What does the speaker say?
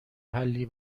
حلی